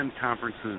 conferences